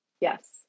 yes